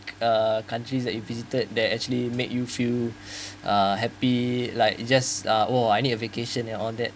uh countries that you visited that actually make you feel uh happy like just uh !wah! I need a vacation and all that